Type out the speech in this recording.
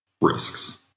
risks